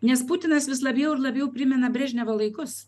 nes putinas vis labiau ir labiau primena brežnevo laikus